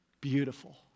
beautiful